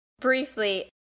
briefly